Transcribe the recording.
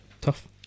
tough